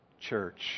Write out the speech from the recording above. church